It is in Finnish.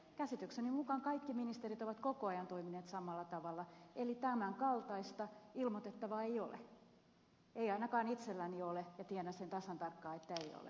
käsitykseni mukaan kaikki ministerit ovat koko ajan toimineet samalla tavalla eli tämän kaltaista ilmoitettavaa ei ole ei ainakaan itselläni ole ja tiedän sen tasan tarkkaan että ei ole